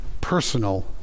personal